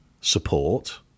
support